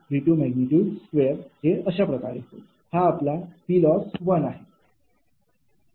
हा आपला Ploss आहे